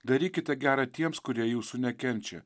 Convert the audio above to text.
darykite gera tiems kurie jūsų nekenčia